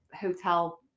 hotel